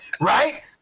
right